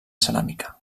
ceràmica